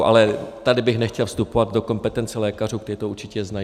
Ale tady bych nechtěl vstupovat do kompetence lékařů, kteří to určitě znají lépe.